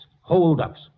holdups